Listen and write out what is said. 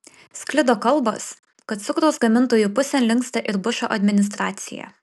sklido kalbos kad cukraus gamintojų pusėn linksta ir bušo administracija